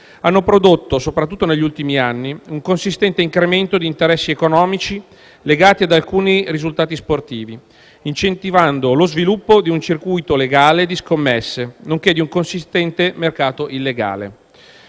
hanno prodotto, soprattutto negli ultimi anni, un consistente incremento di interessi economici legati ad alcuni risultati sportivi, incentivando lo sviluppo di un circuito legale di scommesse, nonché di un consistente mercato illegale.